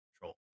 control